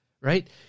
Right